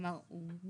כלומר הוא משתרשר.